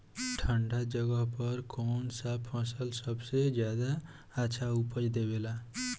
ठंढा जगह पर कौन सा फसल सबसे ज्यादा अच्छा उपज देवेला?